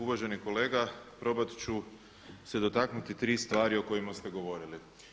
Uvaženi kolega, probat ću se dotaknuti tri stvari o kojima ste govorili.